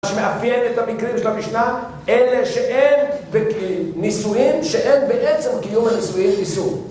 שמאפיין את המקרים של המשנה, אלה שאין, ונישואין שאין בעצם קיום הנישואין איסור.